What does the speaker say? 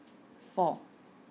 four